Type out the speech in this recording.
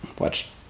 watch